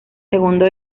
segundo